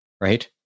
right